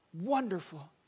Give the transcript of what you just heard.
wonderful